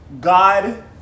God